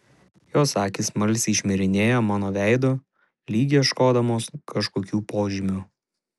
jos akys smalsiai šmirinėja mano veidu lyg ieškodamos kažkokių požymių